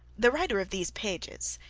the writer of these pages,